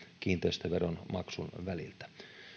kiinteistöveron maksun väliltä